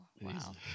wow